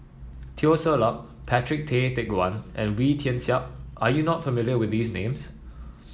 Teo Ser Luck Patrick Tay Teck Guan and Wee Tian Siak are you not familiar with these names